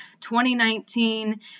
2019